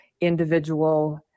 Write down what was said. individual